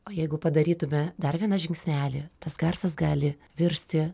o jeigu padarytume dar vieną žingsnelį tas garsas gali virsti